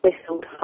whistled